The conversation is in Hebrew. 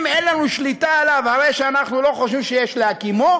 אם אין לנו שליטה עליו הרי שאנחנו לא חושבים שיש להקימו?